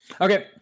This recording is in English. okay